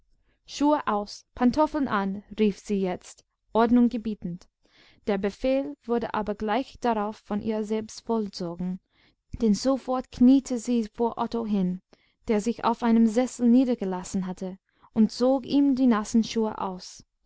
schuhe aus pantoffeln an rief sie jetzt ordnung gebietend der befehl wurde aber gleich darauf von ihr selbst vollzogen denn sofort kniete sie vor otto hin der sich auf einem sessel niedergelassen hatte und zog ihm die nassen schuhe aus